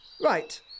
Right